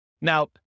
Now